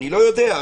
אני לא יודע.